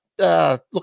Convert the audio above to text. Look